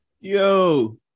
Yo